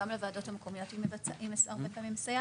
גם לוועדות המקומיות היא מסייעת הרבה פעמים.